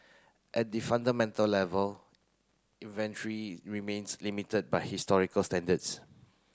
at the fundamental level inventory remains limited by historical standards